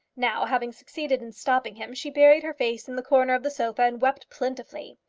now, having succeeded in stopping him, she buried her face in the corner of the sofa and wept plentifully.